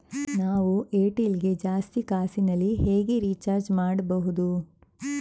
ನಾವು ಏರ್ಟೆಲ್ ಗೆ ಜಾಸ್ತಿ ಕಾಸಿನಲಿ ಹೇಗೆ ರಿಚಾರ್ಜ್ ಮಾಡ್ಬಾಹುದು?